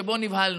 שבו נבהלנו.